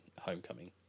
Homecoming